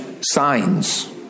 signs